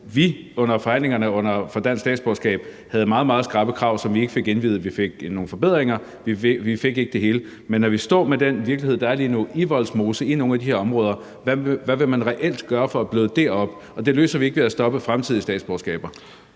under forhandlingerne om dansk statsborgerskab meget, meget skrappe krav, som vi ikke fik indført. Vi fik nogle forbedringer, men vi fik ikke det hele. Men når vi står med den virkelighed, der er lige nu, i Vollsmose og i nogle af de her områder, hvad vil man så reelt gøre for at bløde det op? Det løser vi ikke ved at stoppe fremtidige statsborgerskaber.